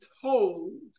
told